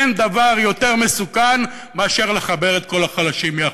אין דבר יותר מסוכן מאשר לחבר את כל החלשים יחד.